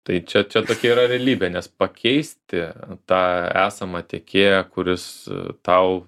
tai čia čia tokia yra realybė nes pakeisti tą esamą tiekėją kuris tau